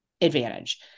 advantage